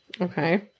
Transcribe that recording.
Okay